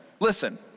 Listen